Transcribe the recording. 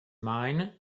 mine